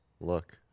look